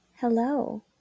hello